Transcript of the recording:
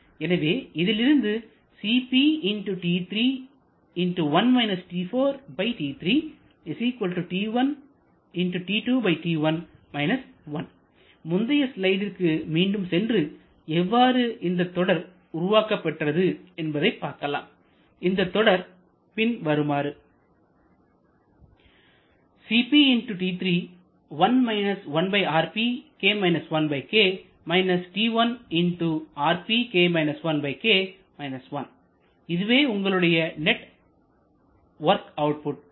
எனவே இதிலிருந்து முந்தைய ஸ்லைட்டிற்கு மீண்டும் சென்று எவ்வாறு இந்த தொடர் உருவாக்க பெற்றது என்பதை பார்க்கலாம் அந்தத் தொடர் பின்வருமாறு இதுவே உங்களுடைய நெட் வொர்க் அவுட் புட்